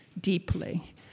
deeply